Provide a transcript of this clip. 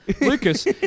Lucas